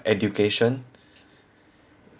education